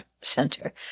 Center